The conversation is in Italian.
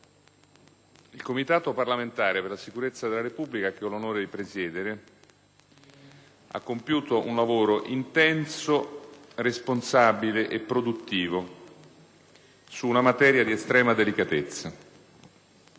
il Comitato parlamentare per la sicurezza della Repubblica, che ho l'onore di presiedere, ha compiuto un lavoro intenso, responsabile e produttivo su una materia di estrema delicatezza.